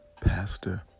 Pastor